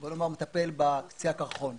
בוא נאמר שהוא מטפל בקצה הקרחון,